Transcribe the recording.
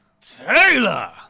Taylor